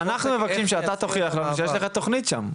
אנחנו מבקשים שאתה תוכיח לנו שיש לך תכנית שם.